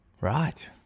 Right